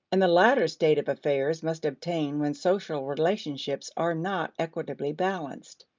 and the latter state of affairs must obtain when social relationships are not equitably balanced.